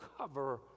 cover